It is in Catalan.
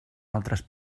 altres